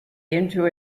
into